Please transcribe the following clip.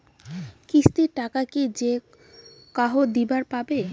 কিস্তির টাকা কি যেকাহো দিবার পাবে?